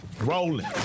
rolling